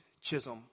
Chisholm